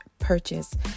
purchase